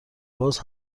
باز